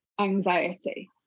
anxiety